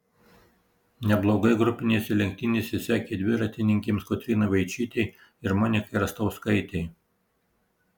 neblogai grupinėse lenktynėse sekėsi dviratininkėms kotrynai vaičytei ir monikai rastauskaitei